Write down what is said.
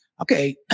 Okay